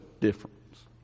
difference